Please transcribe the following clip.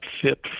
fit